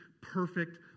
perfect